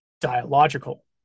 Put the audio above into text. Dialogical